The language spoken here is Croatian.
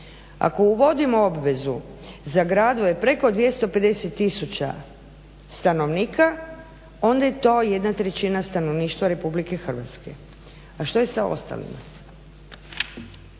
Ako uvodimo obvezu za gradove preko 250 000 stanovnika onda je to 1/3 stanovništva Republike Hrvatske. A što je sa ostalima?